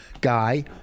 guy